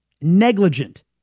Negligent